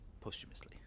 Posthumously